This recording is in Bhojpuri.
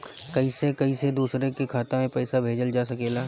कईसे कईसे दूसरे के खाता में पईसा भेजल जा सकेला?